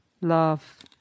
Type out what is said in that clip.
love